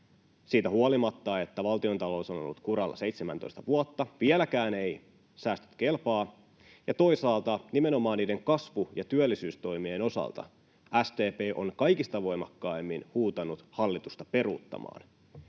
Siitä huolimatta, että valtiontalous on ollut kuralla 17 vuotta, vieläkään ei säästöt kelpaa, ja toisaalta nimenomaan niiden kasvu- ja työllisyystoimien osalta SDP on kaikista voimakkaimmin huutanut hallitusta peruuttamaan.